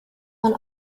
man